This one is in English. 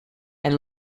and